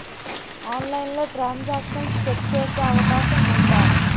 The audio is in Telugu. ఆన్లైన్లో ట్రాన్ సాంక్షన్ చెక్ చేసే అవకాశం ఉందా?